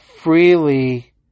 freely